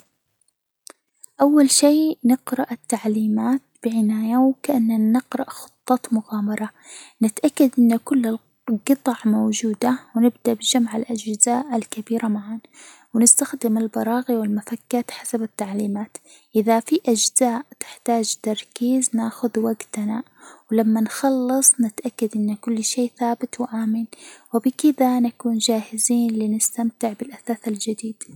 أول شي نقرأ التعليمات بعناية وكأننا نقرأ خطة مغامرة، نتأكد أن كل الجطع موجودة ونبدأ بجمع الأجهزة الكبيرة معًا، و نستخدم البراغي والمفكات حسب التعليمات، إذا في أجزاء تحتاج تركيز نأخذ وجتنا، ولما نخلص، نتأكد أن كل شيء ثابت وآمن، وبكذا نكون جاهزين لنستمتع بالأثاث الجديد,